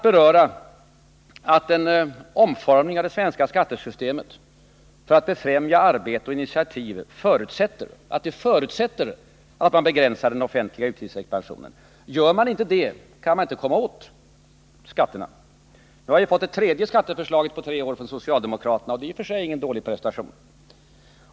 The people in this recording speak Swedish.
En omformning av det svenska skattesystemet för att befrämja arbete och initiativ förutsätter att man begränsar den offentliga utgiftsexpansionen — gör man inte det, kan man inte komma åt skatten. Nu har vi fått det tredje skatteförslaget på tre år från socialdemokraterna. Det är i och för sig ingen dålig prestation.